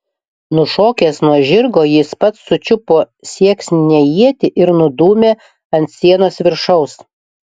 nušokęs nuo žirgo jis pats sučiupo sieksninę ietį ir nudūmė ant sienos viršaus